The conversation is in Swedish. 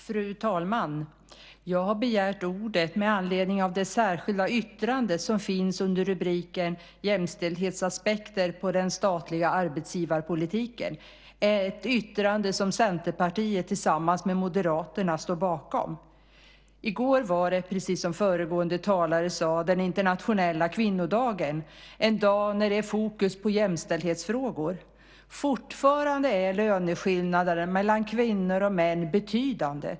Fru talman! Jag har begärt ordet med anledning av det särskilda yttrande som finns under rubriken Jämställdhetsaspekter på den statliga arbetsgivarpolitiken . Det är ett yttrande som Centerpartiet tillsammans med Moderaterna står bakom. I går var det, precis som föregående talare sade, den internationella kvinnodagen - en dag när det är fokus på jämställdhetsfrågor. Fortfarande är löneskillnaderna mellan kvinnor och män betydande.